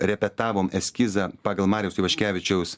repetavom eskizą pagal mariaus ivaškevičiaus